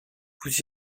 vous